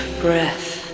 breath